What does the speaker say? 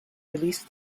released